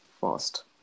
fast